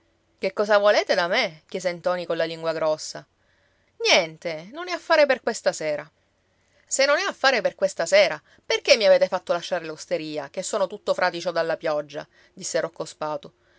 che cosa volete da me chiese ntoni colla lingua grossa niente non è affare per questa sera se non è affare per questa sera perché mi avete fatto lasciar l'osteria che son tutto fradicio dalla pioggia disse rocco spatu